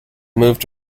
moved